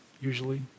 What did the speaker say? usually